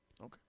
Okay